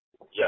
Yes